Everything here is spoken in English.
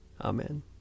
Amen